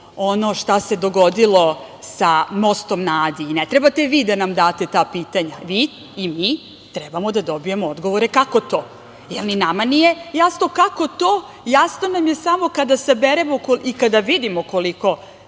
ono šta se dogodilo sa mostom na Adi. Ne trebate vi da nam date ta pitanja, vi i mi trebamo da dobijemo odgovore kako to, jer ni nama nije jasno, kako to, jasno nam je samo kada saberemo i kada vidimo koliko,